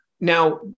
now